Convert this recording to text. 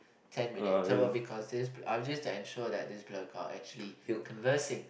ten minute interval because this uh this is to ensure that this blur cock actually conversing